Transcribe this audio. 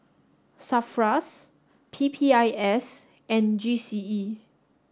SAFRAS P P I S and G C E